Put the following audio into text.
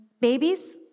babies